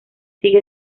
sigue